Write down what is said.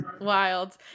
wild